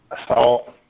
Assault